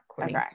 Okay